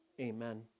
amen